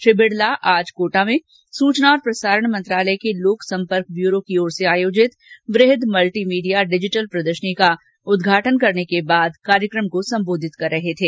श्री बिड़ला आज कोटा में सूचना और प्रसारण मंत्रालय के लोक सम्पर्क ब्यूरो की ओर से आयोजित व्रहद मल्टीमीडिया डिजिटल प्रदर्शनी का उदघाटन करने के बाद कार्यक्रम को संबोधित कर रहे थे